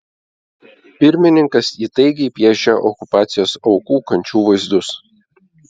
pirmininkas įtaigiai piešia okupacijos aukų kančių vaizdus